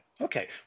Okay